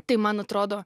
tai man atrodo